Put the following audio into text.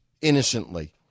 innocently